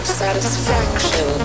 satisfaction